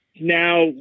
Now